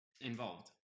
involved